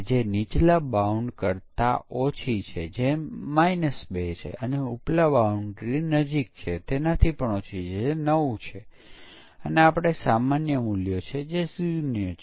જેમ તમે અહીં જોઈ શકો છો કે સિસ્ટમ પરીક્ષણ અથવા વેલિડેશન પરીક્ષણ બંને પરીક્ષકો દ્વારા અને ગ્રાહકો દ્વારા પણ કરવામાં આવે છે